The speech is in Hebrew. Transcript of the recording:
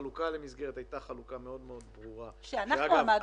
החלוקה למסגרת הייתה חלוקה מאוד מאוד ברורה -- שאנחנו עמדנו עליה.